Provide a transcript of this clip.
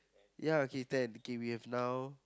ya okay ten okay we have now